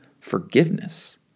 forgiveness